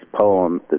poem